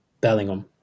Bellingham